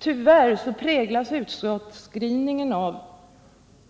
Tyvärr präglas utskottsskrivningen av